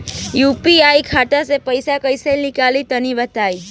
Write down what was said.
UPI खाता से पइसा कइसे निकली तनि बताई?